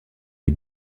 les